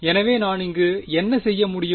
எனவே நான் இங்கு என்ன செய்ய முடியும்